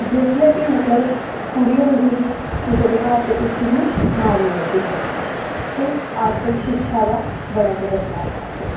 जिसलै बी कुड़ी होंदी कुसै दे घर ते उसी मारी ओड़दे हे ते अजकल शिक्षा दा बड़ा गै बदलाव आए दा ऐ